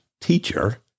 teacher